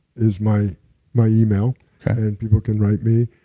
is my my email and people can write me.